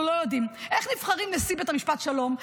לא יודעים: איך נבחרים נשיא בית משפט השלום,